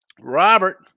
Robert